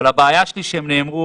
הבעיה שלי היא שהם נאמרו